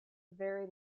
very